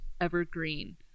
evergreen